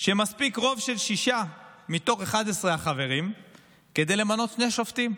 שמספיק רוב של שישה מתוך 11 החברים כדי למנות שני שופטים,